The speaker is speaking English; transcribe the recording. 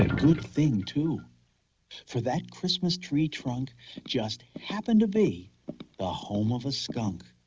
ah good thing too for that christmas tree trunk just happened to be the home of a skunk.